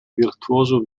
virtuoso